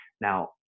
now